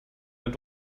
eine